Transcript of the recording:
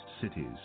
cities